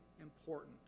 important